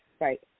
Right